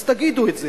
אז תגידו את זה.